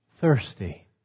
thirsty